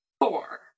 Four